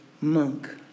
monk